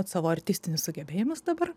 pats savo artistinius sugebėjimus dabar